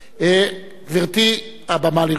גברתי, הבמה לרשותך.